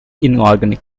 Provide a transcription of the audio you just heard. inorganic